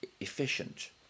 efficient